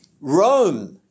Rome